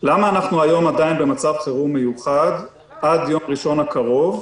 למה היום אנחנו עדיין במצב חירום מיוחד עד ליום ראשון הקרוב?